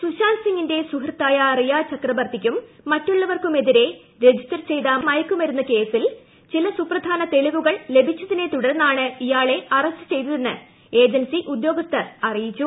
സുശാന്ത് സിംഗിന്റെ സുഹൃത്ത്യായ ്റിയ ചക്രബർത്തിക്കും മറ്റുള്ളവർക്കുമെതിരെ രജിസ്റ്റർ ർചയ്ത മയക്കുമരുന്ന് കേസിൽ ചില സുപ്രധാന തെളിച്ചൂക്ൾ ലഭിച്ചതിനെത്തുടർന്നാണ് ഇയാളെ അറസ്റ്റ് ചെയ്തതെന്ന് ഏജൻസി ഉദ്യോഗസ്ഥർ അറിയിച്ചു